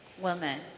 woman